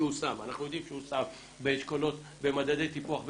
אנחנו יודעים שהוא שם במדדי טיפוח בית-ספריים.